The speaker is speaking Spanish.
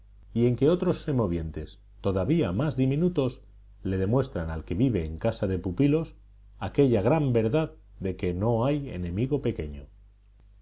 y en que otros semovientes todavía más diminutos le demuestran al que vive en casa de pupilos aquella gran verdad de que no hay enemigo pequeño